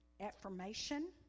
affirmation